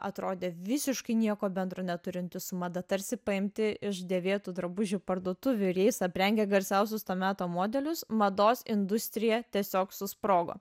atrodė visiškai nieko bendro neturinti su mada tarsi paimti iš dėvėtų drabužių parduotuvių ir jais aprengė garsiausius to meto modelius mados industrija tiesiog susprogo